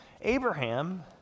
Abraham